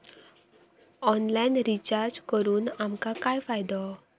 Online recharge करून आमका काय फायदो?